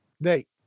Nate